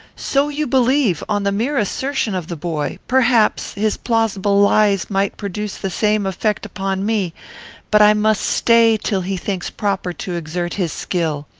so you believe, on the mere assertion of the boy, perhaps, his plausible lies might produce the same effect upon me but i must stay till he thinks proper to exert his skill.